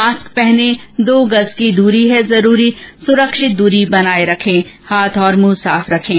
mask पहनें दो गज़ की दूरी है जरूरी सुरक्षित दूरी बनाए रखें हाथ और मुंह साफ रखें